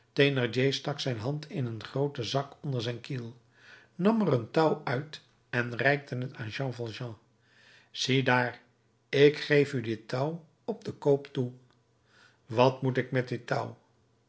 stak zijn hand in een grooten zak onder zijn kiel nam er een touw uit en reikte het jean valjean ziedaar ik geef u dit touw op den koop toe wat moet ik met dit touw